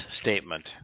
statement